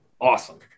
Awesome